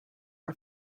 are